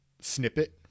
snippet